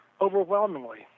overwhelmingly